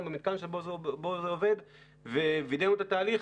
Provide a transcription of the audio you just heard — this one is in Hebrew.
במתקן שבו זה עובד ווידאנו את התהליך.